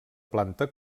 planta